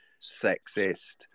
sexist